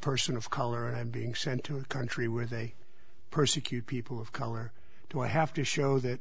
person of color and i'm being sent to a country where they persecute people of color do i have to show that